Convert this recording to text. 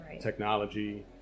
technology